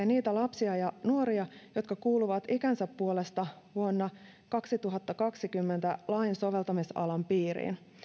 niitä lapsia ja nuoria jotka kuuluvat ikänsä puolesta vuonna kaksituhattakaksikymmentä lain soveltamisalan piiriin